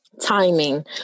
timing